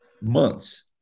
months